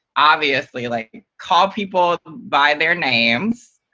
obviously, like call people by their names.